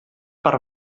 per